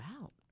out